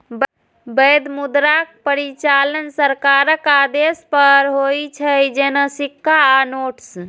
वैध मुद्राक परिचालन सरकारक आदेश पर होइ छै, जेना सिक्का आ नोट्स